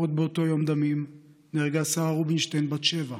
עוד באותו יום דמים נהרגה שרה רובינשטיין, בת שבע,